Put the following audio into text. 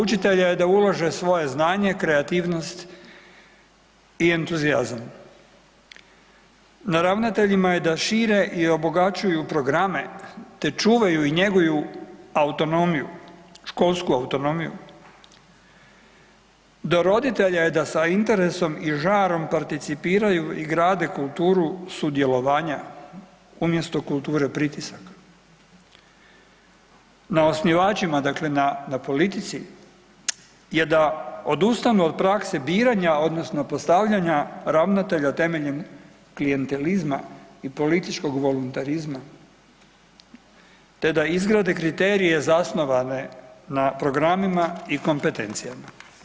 Do učitelja je da ulaže svoje znanje, kreativnost i entuzijazam, na ravnateljima je da šire i obogaćuju programe te čuvaju i njeguju autonomiju, školsku autonomiju, do roditelja je da sa interesom i žarom participiraju i grade kulturu sudjelovanja umjesto kulture pritisaka, na osnivačima dakle na politici je da odustanu od prakse biranja odnosno postavljanja ravnatelja temeljem klijentelizma i političkog voluntarizma te da izgrade kriterije zasnovane na programima i kompetencijama.